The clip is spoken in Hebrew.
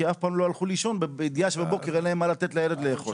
כי הם אף פעם לא הלכו לישון בידיעה שבבוקר אין להם מה לתת לילד לאכול.